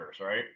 right